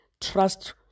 trust